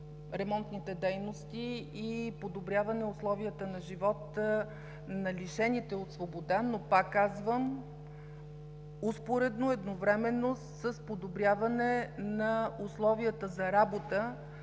ремонтните дейности и подобряване условията на живот на лишените от свобода, но, пак казвам, успоредно, едновременно с подобряване на условията за работа